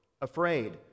afraid